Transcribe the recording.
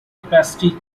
capacity